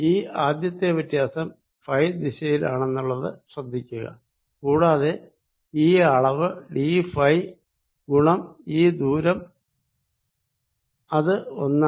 ഈ ആദ്യത്തെ വ്യത്യാസം ഫൈ ദിശയിലാണെന്നത് ശ്രദ്ധിക്കുക കൂടാതെ ഈ അളവ് ഡി ഫൈ ഗുണം ഈ ദൂരം അത് ഒന്നാണ്